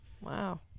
Wow